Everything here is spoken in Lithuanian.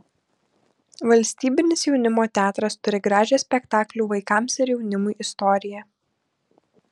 valstybinis jaunimo teatras turi gražią spektaklių vaikams ir jaunimui istoriją